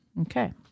okay